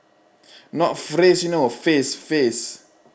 not phase you know phase phase